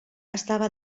estava